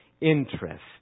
interest